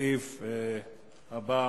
לסעיף הבא